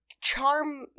charm –